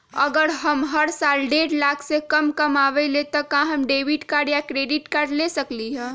अगर हम हर साल डेढ़ लाख से कम कमावईले त का हम डेबिट कार्ड या क्रेडिट कार्ड ले सकली ह?